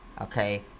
Okay